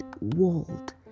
world